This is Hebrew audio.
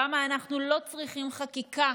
כמה אנחנו לא צריכים חקיקה